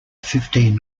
fifteen